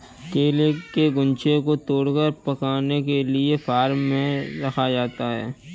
केले के गुच्छों को तोड़कर पकाने के लिए फार्म में रखा जाता है